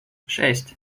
шесть